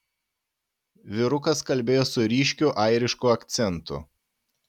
vyrukas kalbėjo su ryškiu airišku akcentu